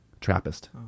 Trappist